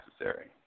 necessary